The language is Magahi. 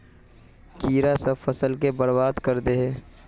कीड़ा सब फ़सल के बर्बाद कर दे है?